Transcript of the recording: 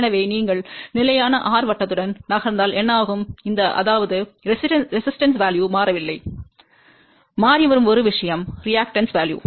எனவே நீங்கள் நிலையான r வட்டத்துடன் நகர்ந்தால் என்ன ஆகும் அந்த அதாவது எதிர்ப்பு மதிப்பு மாறவில்லை மாறிவரும் ஒரே விஷயம் எதிர்வினை மதிப்பு